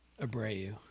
Abreu